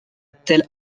tel